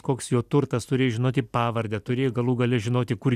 koks jo turtas turėjai žinoti pavardę turėjai galų gale žinoti kur